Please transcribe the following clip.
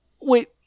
Wait